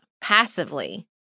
passively